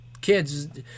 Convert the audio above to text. kids